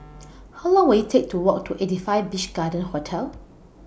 How Long Will IT Take to Walk to eighty five Beach Garden Hotel